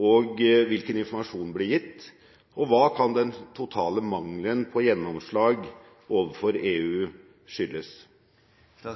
og hvilken informasjon ble gitt? Hva kan den totale mangelen på gjennomslag overfor EU skyldes? Jeg